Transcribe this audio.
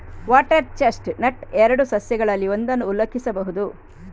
water chestnut ಎರಡು ಸಸ್ಯಗಳಲ್ಲಿ ಒಂದನ್ನು ಉಲ್ಲೇಖಿಸಬಹುದು